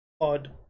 Odd